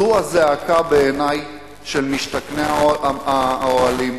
זו בעיני הזעקה של משתכני האוהלים,